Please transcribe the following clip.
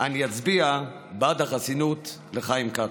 אני אצביע בעד החסינות לחיים כץ.